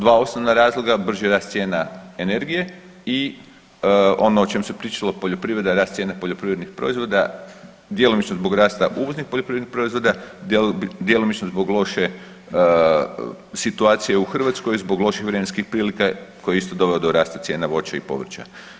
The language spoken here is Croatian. Dva osnovna razloga, brži rast cijena energije i ono o čem se pričalo, poljoprivreda, rast cijena poljoprivrednih proizvoda, djelomično zbog rasta uvoznih poljoprivrednih proizvoda, djelomično zbog loše situacije u Hrvatskoj i zbog loših vremenskih prilika koji je isto doveo do rasta cijena voća i povrća.